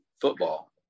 football